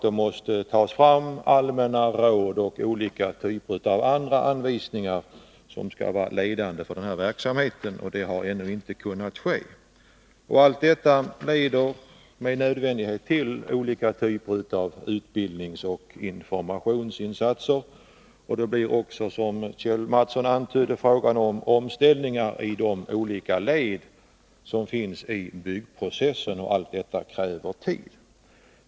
Det måste tas fram allmänna råd och olika typer av andra anvisningar som skall vara ledande för verksamheten, och det har ännu inte kunnat ske. Allt detta leder med nödvändighet till olika typer av utbildningsoch informationsinsatser. Det blir också, som Kjell Mattsson antydde, fråga om omställningar i de olika led som finns i byggprocessen. Allt detta kräver tid.